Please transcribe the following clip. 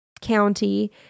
County